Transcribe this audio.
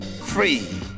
Free